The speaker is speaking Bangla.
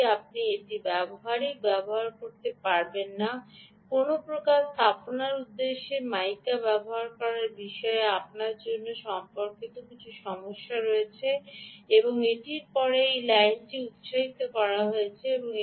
সত্যই আপনি এটি ব্যবহার করতে পারবেন না কোনও প্রকার স্থাপনার উদ্দেশ্যে মাইকা ব্যবহার করার বিষয়ে আপনার জানা সম্পর্কিত কিছু সমস্যা রয়েছে এবং এটির পরে লাইনটি উত্সাহিত করা হয়েছে